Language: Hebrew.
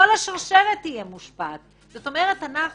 כל מה שאנחנו